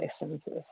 licenses